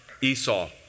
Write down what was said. Esau